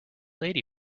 lady